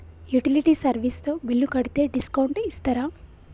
Utility service తో బిల్లు కడితే డిస్కౌంట్ ఇస్తరా?